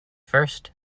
first